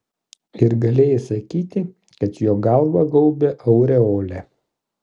ir galėjai sakyti kad jo galvą gaubia aureolė